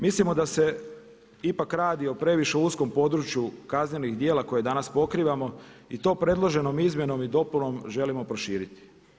Mislimo da se ipak radi o previše uskom području kaznenih djela koje danas pokrivamo i tom predloženom izmjenom i dopunom želimo proširiti.